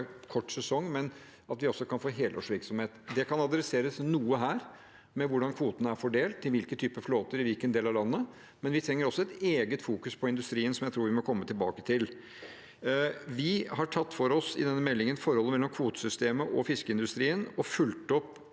kort sesong, men at vi også kan få helårsvirksomhet. Noe kan adresseres med hvordan kvotene er fordelt til hvilken type flåter i hvilken del av landet, men vi trenger også et eget fokus på industrien, som jeg tror vi må komme tilbake til. Vi har i denne meldingen tatt for oss forholdet mellom kvotesystemet og fiskeindustrien og fulgt opp